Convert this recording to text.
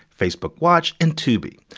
facebook watch and tubi.